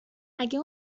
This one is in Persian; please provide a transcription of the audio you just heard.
اگه